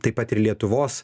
taip pat ir lietuvos